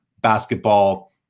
basketball